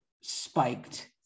spiked